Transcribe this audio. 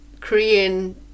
Korean